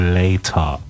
later